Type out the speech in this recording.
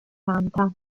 santa